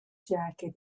jacket